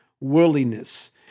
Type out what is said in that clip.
Worldliness